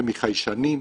זה מחיישנים.